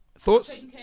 Thoughts